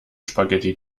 spaghetti